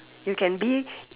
you can be